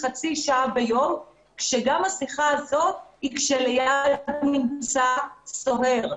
חצי שעה ביום כשגם השיחה הזאת היא כשלידו נמצא סוהר.